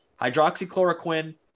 hydroxychloroquine